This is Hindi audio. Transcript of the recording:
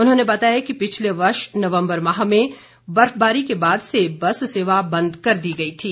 उन्होंने बताया कि पिछले वर्ष नवम्बर माह में बर्फबारी के बाद से बस सेवा बंद कर दी गई थी